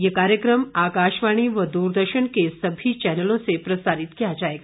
ये कार्यक्रम आकाशवाणी व दूरदर्शन के सभी चैनलों से प्रसारित किया जाएगा